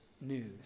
news